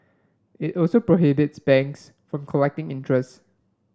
it also prohibits banks from collecting interest